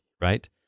right